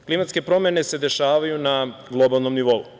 Klimatske promene se dešavaju na globalnom nivou.